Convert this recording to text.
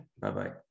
Bye-bye